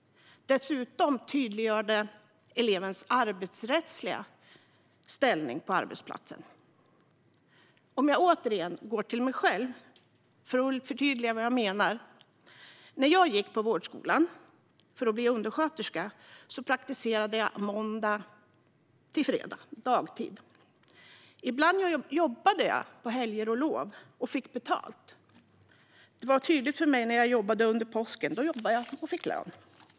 Dessutom tydliggör det elevens arbetsrättsliga ställning på arbetsplatsen. Jag återgår nu till att berätta om mig själv för att förtydliga vad jag menar. När jag gick på vårdskolan för att bli undersköterska praktiserade jag måndag-fredag dagtid. Ibland jobbade jag på helger och lov och fick betalt. Det var tydligt för mig när jag jobbade under påsken, då jag fick lön.